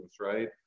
right